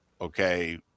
okay